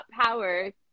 power